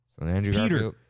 Peter